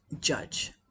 Judge